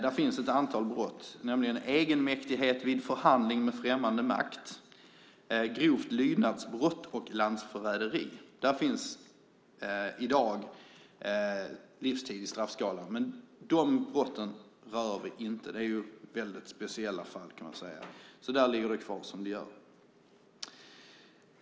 Det finns ett antal sådana brott, nämligen egenmäktighet vid förhandling med främmande makt, grovt lydnadsbrott och landsförräderi. Där finns i dag livstids fängelse i straffskalan. Men dessa brott rör vi inte. Det är väldigt speciella fall, kan man säga. Dessa ligger kvar.